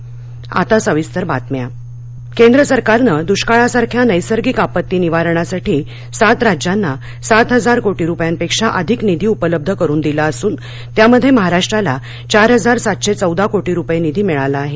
मदत केंद्र सरकारनं दुष्काळासारख्या नैसर्गिक आपत्ती निवारणासाठी सात राज्यांना सात हजार कोटी रुपयांपेक्षा अधिक निधी उपलब्ध करून दिला असून त्यामध्ये महाराष्ट्राला चार हजार सातशे चौदा कोटी रुपये निधी मिळाला आहे